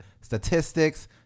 Statistics